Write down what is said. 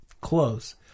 close